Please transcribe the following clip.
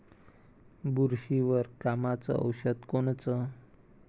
बुरशीवर कामाचं औषध कोनचं?